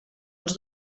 els